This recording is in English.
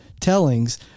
tellings